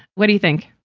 what do think?